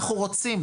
אנחנו רוצים.